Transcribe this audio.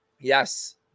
Yes